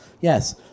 Yes